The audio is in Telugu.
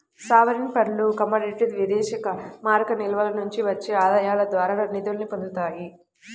సావరీన్ ఫండ్లు కమోడిటీ విదేశీమారక నిల్వల నుండి వచ్చే ఆదాయాల ద్వారా నిధుల్ని పొందుతాయి